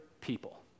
people